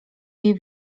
jej